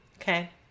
Okay